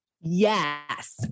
Yes